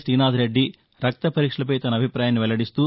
శ్రీనాధ్ రెడ్ది రక్త పరీక్షలపై తన అభిపాయాన్ని వెల్లడిస్తూ